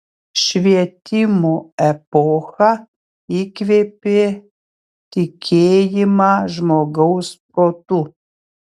švietimo epocha įkvėpė tikėjimą žmogaus protu